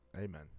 Amen